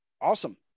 Awesome